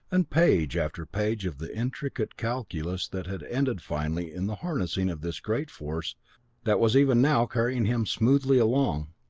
and page after page of the intricate calculus that had ended finally in the harnessing of this great force that was even now carrying him smoothly along.